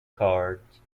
cards